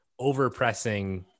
overpressing